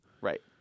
Right